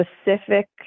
specific